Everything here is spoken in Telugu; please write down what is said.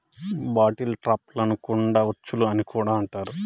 బాటిల్ ట్రాప్లను కుండ ఉచ్చులు అని కూడా అంటారు